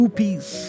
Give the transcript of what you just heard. peace